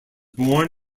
born